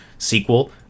sequel